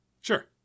Sure